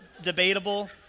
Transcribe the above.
debatable